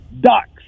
Ducks